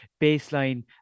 baseline